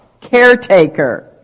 caretaker